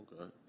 Okay